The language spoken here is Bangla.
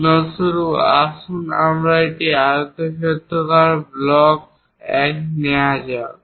উদাহরণস্বরূপ আসুন একটি আয়তক্ষেত্রাকার ব্লক 3D এক নেওয়া যাক